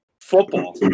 football